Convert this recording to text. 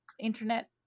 internet